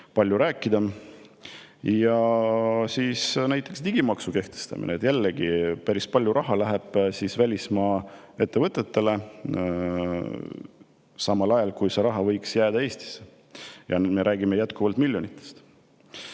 palju rääkida. Ja edasi: näiteks digimaksu kehtestamine. Jällegi, päris palju raha läheb välismaa ettevõtetele, samal ajal kui see raha võiks jääda Eestisse. Ja sel juhul me räägime jätkuvalt miljonitest.